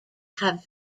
have